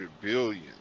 billion